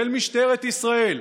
של משטרת ישראל,